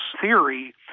theory